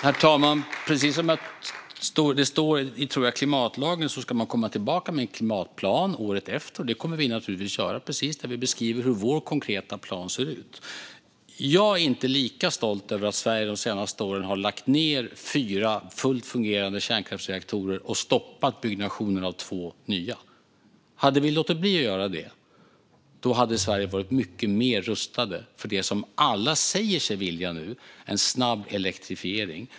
Herr talman! Jag tror att det står i klimatlagen att man ska komma tillbaka med en klimatplan året efter. Det kommer vi naturligtvis att göra och beskriva precis hur vår konkreta plan ser ut. Jag är inte lika stolt över att Sverige de senaste åren har lagt ned fyra fullt fungerande kärnkraftsreaktorer och stoppat byggnationen av två nya. Hade vi låtit bli att göra det hade Sverige varit mycket bättre rustat för det som alla säger sig vilja ha nu: en snabb elektrifiering.